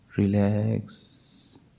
relax